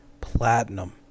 platinum